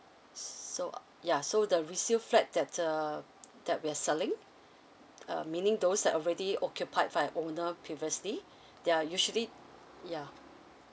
so uh ya so the resale flat that uh that we're selling uh meaning those that already occupied by owner previously there are usually ya